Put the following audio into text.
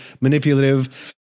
manipulative